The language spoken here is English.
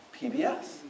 PBS